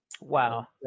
Wow